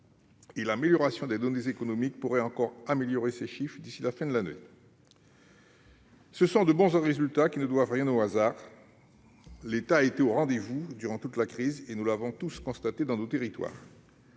La progression des indicateurs économiques pourrait encore améliorer ces chiffres d'ici à la fin de l'année. Ces bons résultats ne doivent rien au hasard ! L'État a été au rendez-vous durant toute la crise, comme nous l'avons tous constaté dans nos territoires.